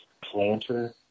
planter